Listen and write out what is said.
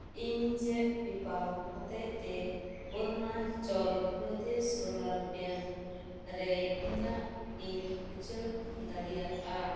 ᱤᱧ ᱪᱮᱫ ᱯᱮᱯᱟᱞ ᱦᱚᱛᱮᱡ ᱛᱮ ᱚᱨᱩᱱᱟᱪᱚᱞ ᱯᱨᱚᱫᱮᱥ ᱨᱩᱨᱟᱞ ᱵᱮᱝᱠ ᱨᱮ ᱤᱧᱟᱹᱜ ᱤᱧ ᱩᱪᱟᱹᱲ ᱫᱟᱲᱮᱭᱟᱜᱼᱟ